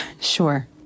Sure